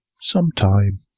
sometime